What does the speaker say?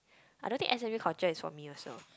I don't think S_M_U culture is for me also